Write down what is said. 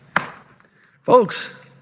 folks